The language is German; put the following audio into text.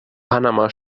panama